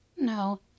No